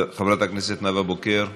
חברת הכנסת נאוה בוקר,